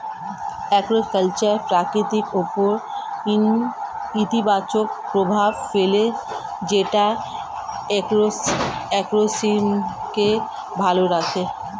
aquaculture প্রকৃতির উপর ইতিবাচক প্রভাব ফেলে যেটা ইকোসিস্টেমকে ভালো রাখে